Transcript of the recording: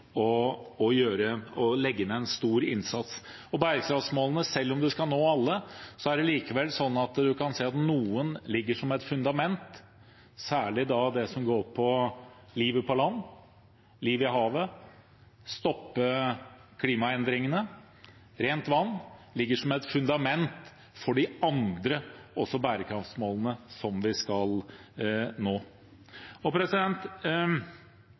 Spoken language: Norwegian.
å legge ned en stor innsats. Selv om vi skal nå alle bærekraftsmålene, er det likevel sånn at man kan si at noen ligger der som et fundament. Særlig det som dreier seg om livet på land, om livet i havet, om å stoppe klimaendringene og om rent vann, ligger som et fundament for de andre bærekraftsmålene som vi skal nå. Særlig når det gjelder målene om å stoppe klimaendringene og